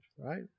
Right